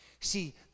See